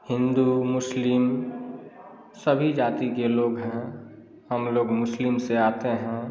हिन्दू मुस्लिम सभी जाति के लोग हैं हम लोग मुस्लिम से आते हैं